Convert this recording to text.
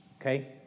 Okay